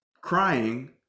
crying